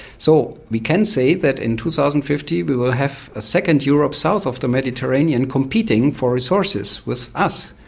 so we can say that in two thousand and fifty we will have a second europe south of the mediterranean competing for resources with us.